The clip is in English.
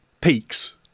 peaks